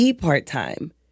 part-time